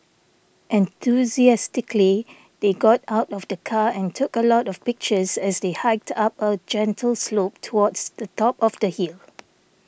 enthusiastically they got out of the car and took a lot of pictures as they hiked up a gentle slope towards the top of the hill